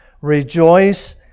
Rejoice